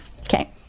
Okay